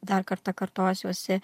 dar kartą kartosiuosi